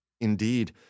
Indeed